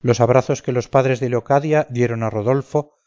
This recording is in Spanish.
los abrazos que los padres de leocadia dieron a rodolfo